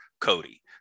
cody